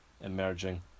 emerging